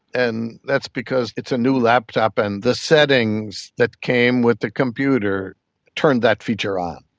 and that's because it's a new laptop and the settings that came with the computer turned that feature on.